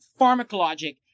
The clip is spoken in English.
pharmacologic